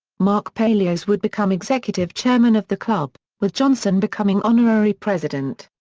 mark palios would become executive chairman of the club, with johnson becoming honorary president.